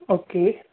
okay